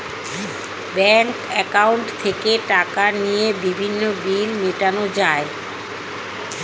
bank অ্যাকাউন্টে থেকে টাকা নিয়ে বিভিন্ন বিল মেটানো যায়